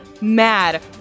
mad